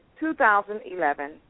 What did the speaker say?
2011